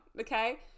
okay